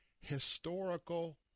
historical